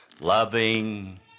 loving